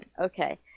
Okay